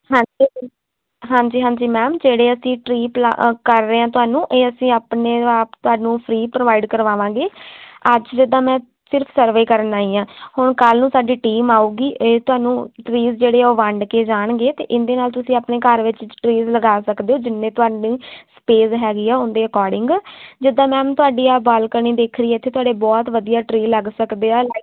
ਹਾਂਜੀ ਹਾਂਜੀ ਹਾਂਜੀ ਮੈਮ ਜਿਹੜੇ ਅਸੀਂ ਟਰੀ ਕਰ ਰਹੇ ਹਾਂ ਤੁਹਾਨੂੰ ਇਹ ਅਸੀਂ ਆਪਣੇ ਆਪ ਤੁਹਾਨੂੰ ਫਰੀ ਪ੍ਰੋਵਾਈਡ ਕਰਵਾਵਾਂਗੇ ਅੱਜ ਜਿੱਦਾਂ ਮੈਂ ਸਿਰਫ ਸਰਵੇ ਕਰਨ ਆਈ ਹਾਂ ਹੁਣ ਕੱਲ੍ਹ ਨੂੰ ਸਾਡੀ ਟੀਮ ਆਉਗੀ ਇਹ ਤੁਹਾਨੂੰ ਟਵੀਜ਼ ਜਿਹੜੇ ਆ ਉਹ ਵੰਡ ਕੇ ਜਾਣਗੇ ਅਤੇ ਇਹਦੇ ਨਾਲ ਤੁਸੀਂ ਆਪਣੇ ਘਰ ਵਿੱਚ ਟਰੀਜ਼ ਲਗਾ ਸਕਦੇ ਹੋ ਜਿੰਨੇ ਤੁਹਾਨੂੰ ਸਪੇਜ਼ ਹੈਗੀ ਆ ਉਹਦੇ ਅਕੋਡਿੰਗ ਜਿੱਦਾਂ ਮੈਮ ਆਹ ਤੁਹਾਡੀ ਬਾਲਕਨੀ ਦਿਖ ਰਹੀ ਆ ਇੱਥੇ ਤੁਹਾਡੇ ਬਹੁਤ ਵਧੀਆ ਟਰੀ ਲੱਗ ਸਕਦੇ ਆ